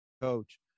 coach –